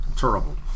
Terrible